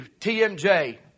TMJ